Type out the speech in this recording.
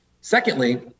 Secondly